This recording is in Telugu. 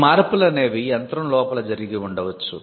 ఈ మార్పులనేవి యంత్రం లోపల జరిగి ఉండవచ్చు